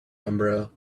umbrella